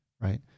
right